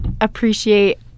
appreciate